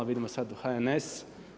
Vidimo sad u HNS.